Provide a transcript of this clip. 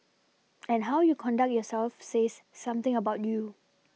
and how you conduct yourself says something about you